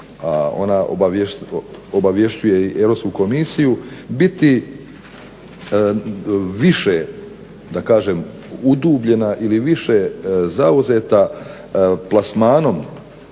ona obavješćuje i Europsku komisiju biti više da kažem udubljena ili više zauzeta plasmanom